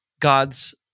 God's